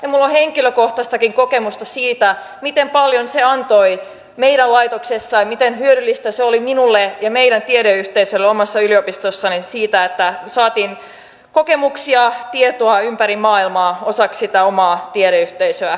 minulla on henkilökohtaistakin kokemusta siitä miten paljon se antoi meidän laitoksessa ja miten hyödyllistä se oli minulle ja meidän tiedeyhteisölle omassa yliopistossani että saatiin kokemuksia tietoa ympäri maailmaa osaksi sitä omaa tiedeyhteisöä